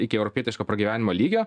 iki europietiško pragyvenimo lygio